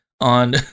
on